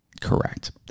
Correct